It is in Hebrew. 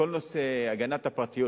כל נושא הגנת הפרטיות,